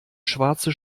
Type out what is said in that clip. schwarze